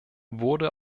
wurde